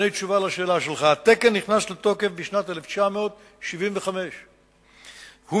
הנה תשובה על השאלה שלך: התקן נכנס לתוקף בשנת 1975. הוא